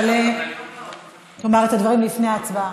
תעלה לומר את הדברים לפני הצבעה.